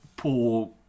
poor